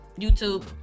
YouTube